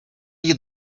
you